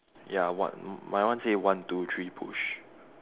ya what m~ my one say one two three push